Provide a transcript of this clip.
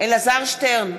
אלעזר שטרן,